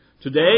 Today